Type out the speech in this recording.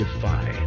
defy